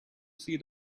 see